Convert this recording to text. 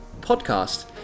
Podcast